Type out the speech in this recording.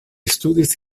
studis